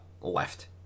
left